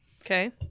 Okay